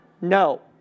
No